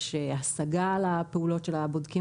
יש השגה על הפעולות של הבודקים,